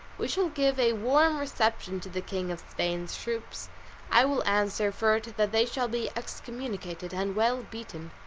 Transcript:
we shall give a warm reception to the king of spain's troops i will answer for it that they shall be excommunicated and well beaten.